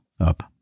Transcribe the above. up